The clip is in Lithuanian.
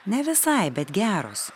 ne visai bet geros